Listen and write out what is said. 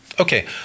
Okay